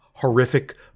horrific